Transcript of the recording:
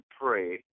pray